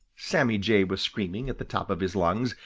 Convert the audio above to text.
sammy jay was screaming at the top of his lungs,